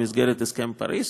במסגרת הסכם פריז,